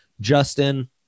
justin